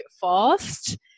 fast